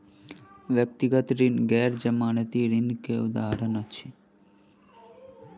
व्यक्तिगत ऋण गैर जमानती ऋण के उदाहरण अछि